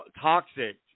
toxic